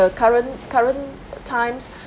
the current current times